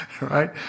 right